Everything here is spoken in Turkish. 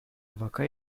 vaka